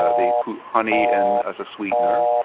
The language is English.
ah they put honey in as a sweetener.